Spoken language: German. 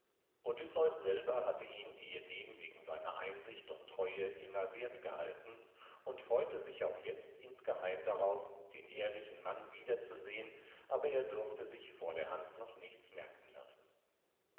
odysseus selber hatte ihn ehedem wegen seiner einsicht und treue immer wert gehalten und freute sich auch jetzt insgeheim darauf den ehrlichen mann wiederzusehen aber er durfte sich vor der hand noch nichts merken lassen